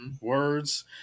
words